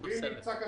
נוהג.